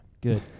Good